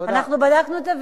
אנחנו בדקנו את זה,